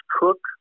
cook